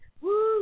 Woo